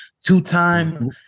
Two-time